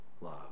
love